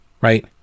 right